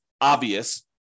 obvious